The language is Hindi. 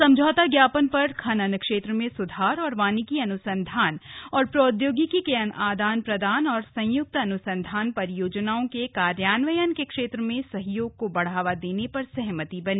समझौता जापन पर खनन क्षेत्र में सुधार और वानिकी अन्संधान और प्रौद्योगिकी के आदान प्रदान और संय्क्त अन्संधान परियोजनाओं के कार्यान्वयन के क्षेत्र में सहयोग को बढ़ावा देने पर सहमति बनी